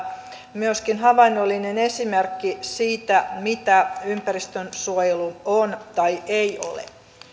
myöskin havainnollinen esimerkki siitä mitä ympäristönsuojelu on tai ei ole